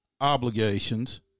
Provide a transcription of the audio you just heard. obligations